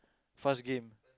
fast game